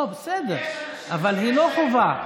בסדר, אבל היא לא חובה.